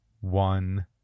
one